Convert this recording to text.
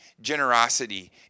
generosity